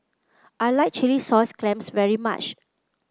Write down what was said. I like Chilli Sauce Clams very much